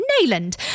Nayland